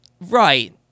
Right